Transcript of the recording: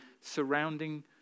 surrounding